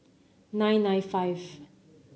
nine nine five